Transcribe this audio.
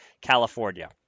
California